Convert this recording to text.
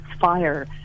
fire